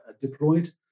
deployed